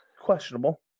questionable